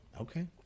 Okay